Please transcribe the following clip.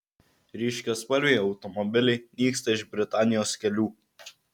ryškiaspalviai automobiliai nyksta iš britanijos kelių